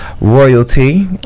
Royalty